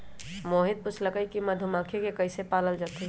मोहित पूछलकई कि मधुमखि के कईसे पालल जतई